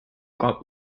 gab